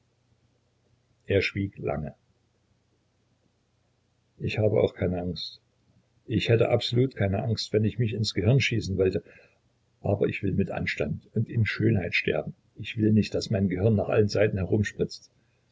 er schwieg lange ich habe auch keine angst ich hätte absolut keine angst wenn ich mich ins gehirn schießen wollte aber ich will mit anstand und in schönheit sterben ich will nicht daß mein gehirn nach allen seiten